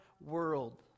world